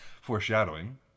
foreshadowing